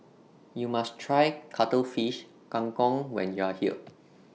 YOU must Try Cuttlefish Kang Kong when YOU Are here